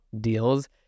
deals